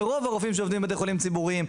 ורוב הרופאים שעובדים בבתי חולים ציבוריים,